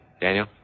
Daniel